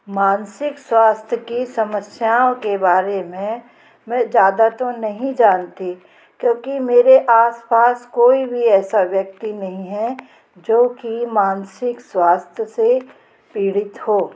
मानसिक स्वास्थ्य की समस्याओं के बारे में मैं ज़्यादा तो नहीं जानती क्योंकि मेरे आसपास कोई भी ऐसा व्यक्ति नहीं है जो की मानसिक स्वास्थ्य से पीड़ित हो